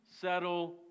settle